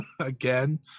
again